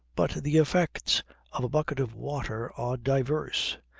but the effects of a bucket of water are diverse.